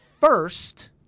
first